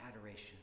adoration